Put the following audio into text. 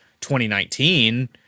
2019